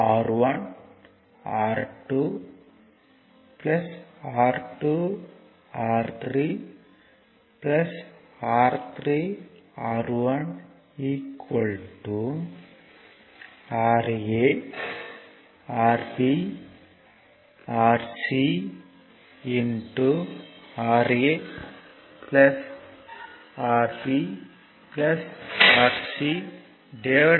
R1 R2 R2 R3 R3 R1 Ra Rb Rc Ra Rb RcRa Rb Rc2 Ra Rb Rc Ra Rb Rc 2